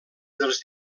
dels